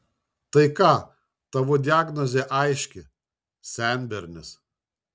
tai ką tavo diagnozė aiški senbernis